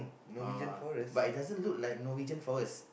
Uh but it doesn't look like Norwegian-Forest